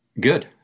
Good